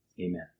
amen